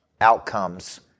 outcomes